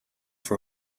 for